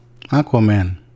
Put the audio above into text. Aquaman